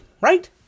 right